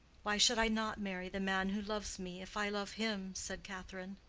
why should i not marry the man who loves me, if i love him? said catherine.